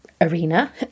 arena